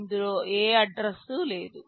ఇందులో ఏ అడ్రస్ లేదు